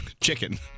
chicken